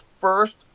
first